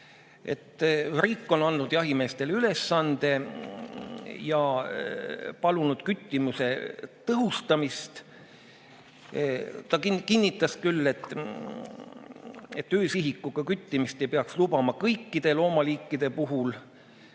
Riik on andnud jahimeestele ülesande ja palunud küttimist tõhustada. Ta kinnitas küll, et öösihikuga küttimist ei peaks lubama kõikide loomaliikide puhul